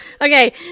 Okay